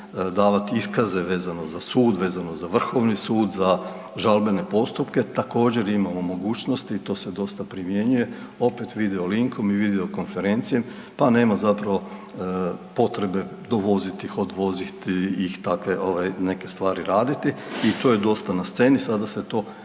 davati iskaze vezano za sud, vezano za Vrhovni sud, za žalbene postupke, također imamo mogućnosti i to se dosta primjenjuje opet video linkom i video konferencijom pa nema zapravo potrebe dovoziti ih, odvoziti ih i takve ovaj neke stvari raditi. I to je dosta na sceni, sada se to